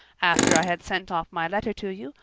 after i had sent off my letter to you,